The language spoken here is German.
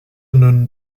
nun